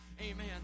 Amen